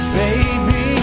baby